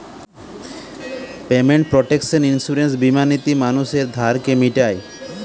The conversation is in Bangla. পেমেন্ট প্রটেকশন ইন্সুরেন্স বীমা নীতি মানুষের ধারকে মিটায়